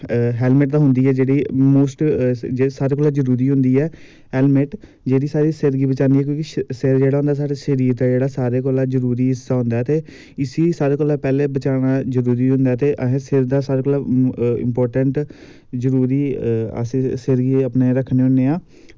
helmet ते होंदी ऐ जेह्ड़ी सारें कोला जरूरी होंदी ऐ ते नेक जेह्ड़ी साढ़े शरीर गी बचांदी ऐ सिर ते साढ़े शरीर दा जेह्ड़ा जादै जरूरी हिस्सा होंदा ऐ ते इसी सारें कोला पैह्लें बचाना जरूरी होंदा ते सिर ते बड़ा इम्पार्टेंट जरूरी अपने सिर गी रक्खने होने आं